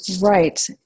Right